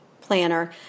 planner